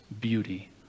beauty